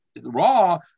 raw